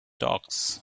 docs